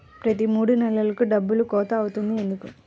ప్రతి మూడు నెలలకు డబ్బులు కోత అవుతుంది ఎందుకు?